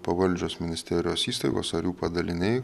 pavaldžios ministerijos įstaigos ar jų padaliniai